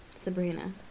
Sabrina